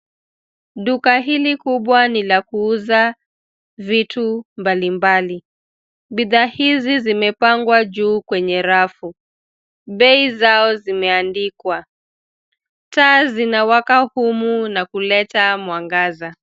Duka hili kubwa ni la kuuza vitu mbali mbali. Bidhaa hizi zimepangwa juu kwenye rafu. Bei zao zimeandikwa. Taa zinawaka humu na kuleta mwangaza.